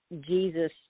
Jesus